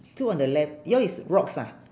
two on the left your is rocks ah